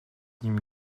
ním